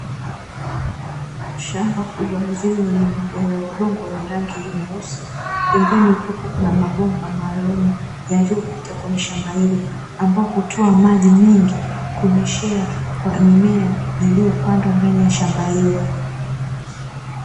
Shamba kubwa lililolimwa lenye udongo wa rangi nyeusi pembeni kuna mabomba maalumu, yaliyopita kwenye shamba hilo ambao hutoa maji mengi kunyeshea kwa mimea iliyopandwa ndani ya shamba hilo.